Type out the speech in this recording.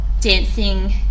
dancing